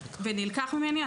אבל הוא נלקח ממני.